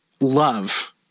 love